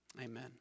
Amen